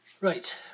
right